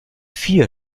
vier